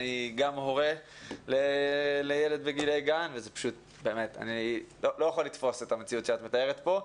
אני גם הורה לילד בגיל הגן ואני לא יכול לתפוס את המציאות שאת מתארת פה.